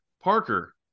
Parker